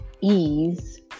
ease